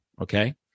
Okay